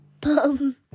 Bum